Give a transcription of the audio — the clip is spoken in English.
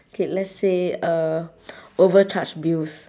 K let's say uh overcharged bills